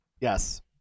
Yes